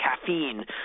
caffeine